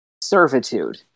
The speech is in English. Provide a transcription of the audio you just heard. servitude